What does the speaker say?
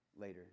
later